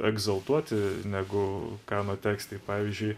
egzaltuoti negu kano tekstai pavyzdžiui